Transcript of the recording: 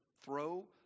throw